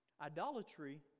Idolatry